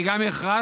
אני גם הכרזתי,